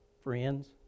friends